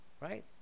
right